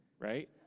right